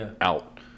Out